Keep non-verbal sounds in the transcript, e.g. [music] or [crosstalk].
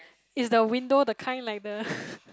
is the window the kind like the [laughs]